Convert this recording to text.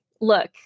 look